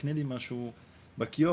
תקני לי משהו בקיוסק,